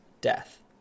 death